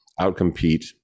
outcompete